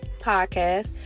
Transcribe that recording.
podcast